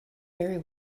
very